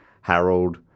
Harold